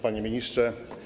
Panie Ministrze!